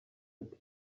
ati